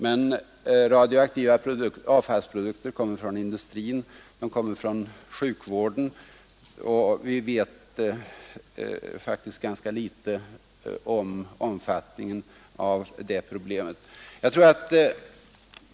Men radioaktiva avfallsprodukter kommer också från industrin och i viss mån från sjukvården, och vi vet faktiskt ganska litet om det problemets omfattning.